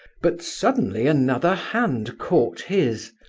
but suddenly another hand caught his.